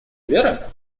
вера